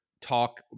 talk